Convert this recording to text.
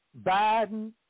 Biden